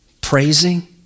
praising